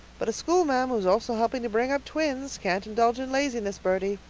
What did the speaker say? but a schoolma'am, who is also helping to bring up twins, can't indulge in laziness, birdie.